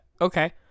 okay